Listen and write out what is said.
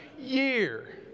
year